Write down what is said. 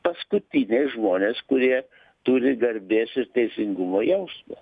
paskutiniai žmonės kurie turi garbės ir teisingumo jausmą